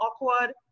awkward